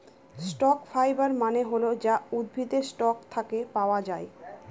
stock fibre মানে হল যা উদ্ভিদের স্টক থাকে পাওয়া যায়